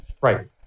right